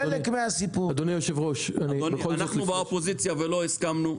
אנחנו באופוזיציה ולא הסכמנו,